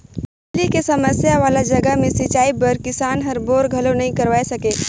बिजली के समस्या वाला जघा मे सिंचई बर किसान हर बोर घलो नइ करवाये सके